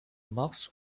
mars